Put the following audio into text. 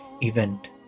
event